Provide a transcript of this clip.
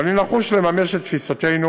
ואני נחוש לממש את תפיסתנו